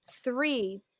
three